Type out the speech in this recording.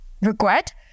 regret